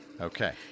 Okay